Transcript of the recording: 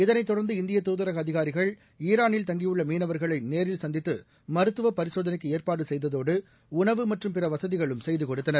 இதனைத் தொடர்ந்து இந்திய தூதரக அதிகாரிகள் ஈரானில் தங்கியுள்ள மீனவர்களை நேரில் சந்தித்து மருத்துவப் பரிசோதனைக்கு ஏற்பாடு செய்ததோடு உணவு மற்றும் பிற வசதிகளும் செய்து கொடுத்தனர்